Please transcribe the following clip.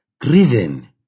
driven